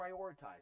prioritize